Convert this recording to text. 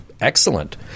excellent